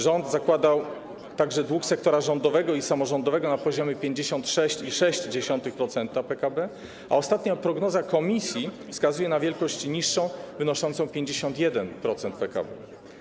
Rząd zakłada także dług sektora rządowego i samorządowego na poziomie 56,6% PKB, a ostatnia prognoza Komisji wskazuje na wielkość niższą, wynoszącą 51% PKB.